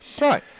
Right